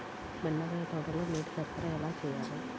బెండకాయ తోటలో నీటి సరఫరా ఎలా చేయాలి?